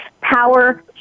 Power